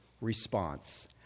response